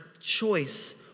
choice